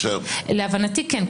להבנתי כן,